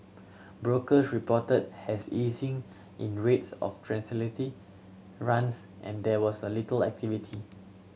brokers reported has easing in rates of transatlantic runs and there was a little activity